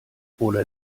oder